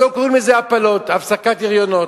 אז לא קוראים לזה "הפלות" הפסקת הריונות.